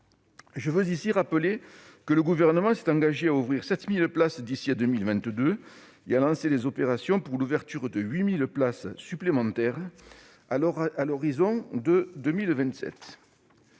Je veux ici rappeler que le Gouvernement s'est engagé à ouvrir 7 000 places d'ici à 2022 et à lancer les opérations pour l'ouverture de 8 000 places supplémentaires à l'horizon de 2027.